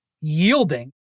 yielding